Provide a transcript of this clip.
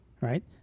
right